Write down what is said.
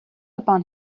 upon